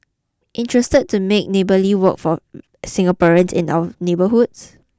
interested to make Neighbourly work for Singaporeans and our neighbourhoods